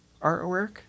artwork